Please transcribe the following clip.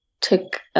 took